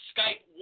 Skype